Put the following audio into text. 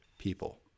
People